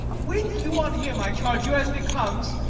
wait you on him, i charge you, as becomes,